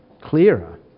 clearer